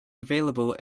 available